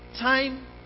time